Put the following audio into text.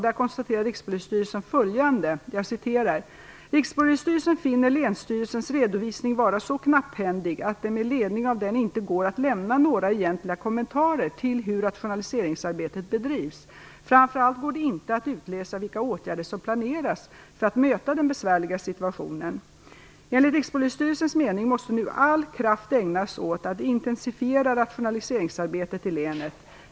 Där konstaterar Rikspolisstyrelsen följande: "Rikspolisstyrelsen finner länsstyrelsens redovisning vara så knapphändig, att det med ledning av den inte går att lämna några egentliga kommentarer till hur rationaliseringsarbetet bedrivs. Framför allt går det inte att utläsa vilka åtgärder som planeras för att möta den besvärliga situationen. Enligt Rikspolisstyrelsens mening måste nu all kraft ägnas åt att intensifiera rationaliseringsarbetet i länet.